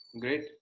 Great